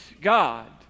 God